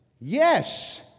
yes